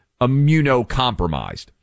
immunocompromised